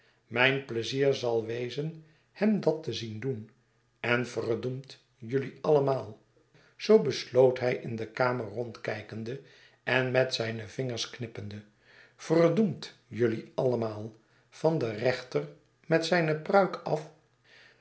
mijn pleizier zal wezen hem dat te zien doen en verdoemd jelui allemaal zoo besloot hij in de kamer rondkijkende en met zijne vingers knippende verdoemd jelui allemaal van den reenter met zijne pruik af